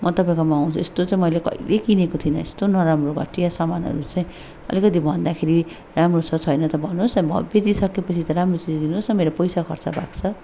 म तपाईँकोमा आउँछु यस्तो चाहिँ मैले कहिले किनेको थिइनँ यस्तो नराम्रो घटिया सामानहरू चाहिँ अलिकति भन्दाखेरि राम्रो छ छैन त भन्नुहोस् बेचिसकेपछि त राम्रो चिज दिनुहोस् न मेरो पैसा खर्च भएको छ